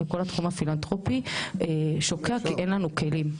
וכל התחום הפילנטרופי שוקע כי אין לנו כלים.